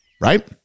right